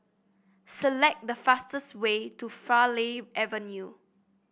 select the fastest way to Farleigh Avenue